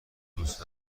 دوست